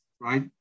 right